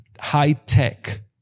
high-tech